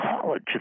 college